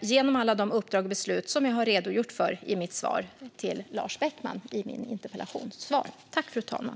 genom alla de uppdrag och beslut som jag har redogjort för i mitt interpellationssvar till Lars Beckman.